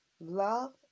Love